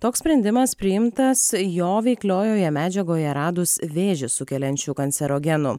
toks sprendimas priimtas jo veikliojoje medžiagoje radus vėžį sukeliančių kancerogenų